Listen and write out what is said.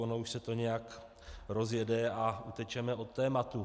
Ono už se to nějak rozjede a utečeme od tématu.